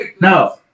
No